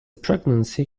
pregnancy